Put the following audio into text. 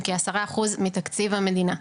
שהם כעשרה אחוז מתקציב המדינה.